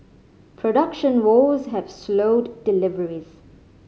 production woes have slowed deliveries